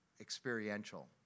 experiential